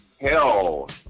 hell